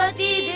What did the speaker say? ah the